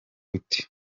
gute